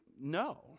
no